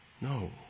no